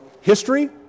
history